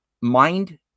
mind